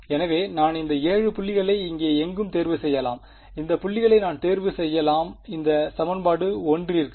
எனவே நான் இந்த 7 புள்ளிகளை இங்கே எங்கும் தேர்வு செய்யலாம் இந்த புள்ளிகளை நான் தேர்வு செய்யலாம் இந்த சமன்பாடு ஒன்றிற்கு